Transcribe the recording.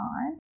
time